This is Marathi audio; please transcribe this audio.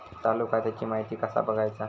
चालू खात्याची माहिती कसा बगायचा?